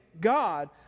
God